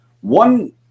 one